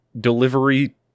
delivery